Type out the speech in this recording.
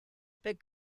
but